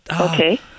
okay